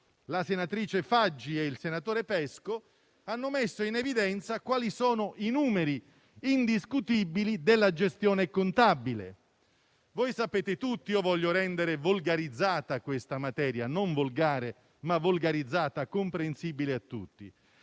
la senatrice Faggi e il senatore Pesco, hanno messo in evidenza quali sono i numeri indiscutibili della gestione contabile. Voglio rendere volgarizzata questa materia, ovvero non volgare, ma comprensibile a tutti.